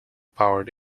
powered